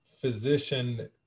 physician